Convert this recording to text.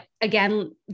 again